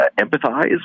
empathize